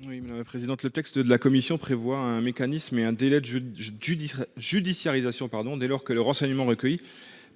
n° 70 rectifié . Le texte de la commission prévoit un mécanisme et un délai de judiciarisation dès lors que le renseignement recueilli